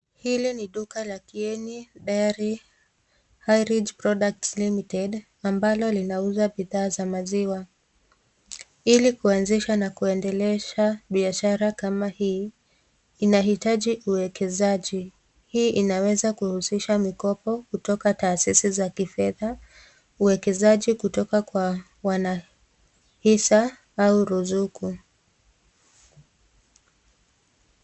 Hili ni duka la Kieni diary high range product limited ambalo linauza bidhaa za maziwa. Ilikuanzisha na kuendelesha biashara kama hii inahitaji uwekezaji. Hii inaweza kuhusisha mikopo kutoka tahasishi za kifedha, uwekezaji kutoka kwa wana hisa au ruzuku.